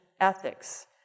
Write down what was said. ethics